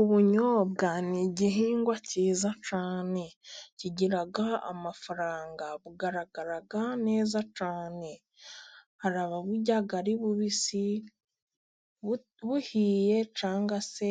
Ubunyobwa ni igihingwa cyiza cyane kigira amafaranga bugaragara neza cyane hari ababurya ari bubisi, buhiye cyangwa se